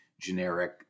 generic